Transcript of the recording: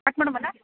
cut ಮಾಡ್ಬೋದಾ